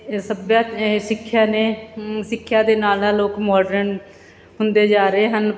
ਇਹ ਸੱਭਿਆ ਇਹ ਸਿੱਖਿਆ ਨੇ ਸਿੱਖਿਆ ਦੇ ਨਾਲ ਨਾਲ ਲੋਕ ਮੌਡਰਨ ਹੁੰਦੇ ਜਾ ਰਹੇ ਹਨ